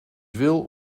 wil